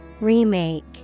Remake